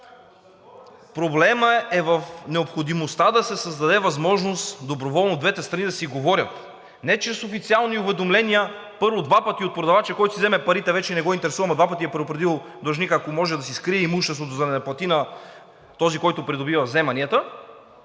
Проблемът е в необходимостта да се създаде възможност доброволно двете страни да си говорят, не чрез официални уведомления – първо два пъти от продавача, който като си вземе парите, вече не го интересува, но два пъти е предупредил длъжника, ако може да си скрие имуществото, за да не плати на този, който придобива вземанията.